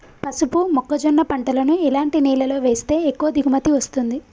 పసుపు మొక్క జొన్న పంటలను ఎలాంటి నేలలో వేస్తే ఎక్కువ దిగుమతి వస్తుంది?